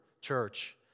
church